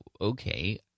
okay